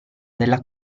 della